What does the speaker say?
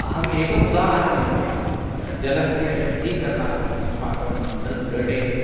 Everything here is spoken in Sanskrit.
अहम् एकम् उदाहरणम् उक्तवान् जलस्य शुद्धीकरणार्थम् अस्माकं मृद्घटे